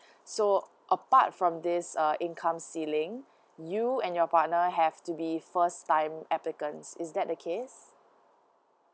so apart from this uh income ceiling you and your partner have to be first time applicants is that the case